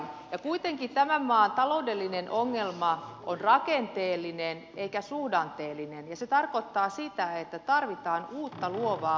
ja kuitenkin tämän maan taloudellinen ongelma on rakenteellinen eikä suhdanteellinen ja se tarkoittaa sitä että tarvitaan uutta luovaa osaamista